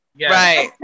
Right